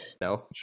No